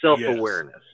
self-awareness